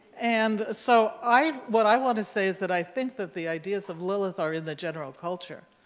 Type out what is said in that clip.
and so i've what i want to say is that i think that the ideas of lilith are in the general culture,